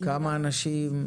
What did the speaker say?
כמה אנשים,